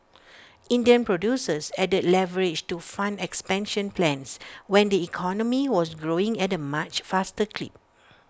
Indian producers added leverage to fund expansion plans when the economy was growing at A much faster clip